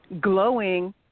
glowing